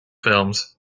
films